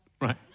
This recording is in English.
Right